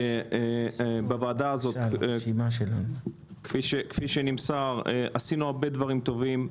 בוועדה הזאת כפי שנמסר, עשינו הרבה דברים טובים.